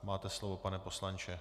Máte slovo, pane poslanče.